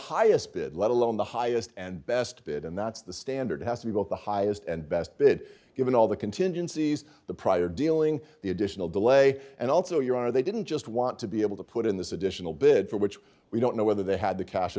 highest bid let alone the highest and best bid and that's the standard has to be both the highest and best bid given all the contingencies the prior dealing the additional delay and also your honor they didn't just want to be able to put in this additional bid for which we don't know whether they had the cash